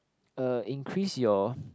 uh increase your